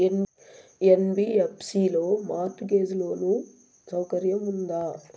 NBFC లో mortgage loan సౌకర్యం ఉందా?